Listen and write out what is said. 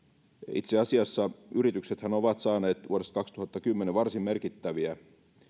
itse asiassa yrityksethän ovat saaneet vuodesta kaksituhattakymmenen varsin merkittäviä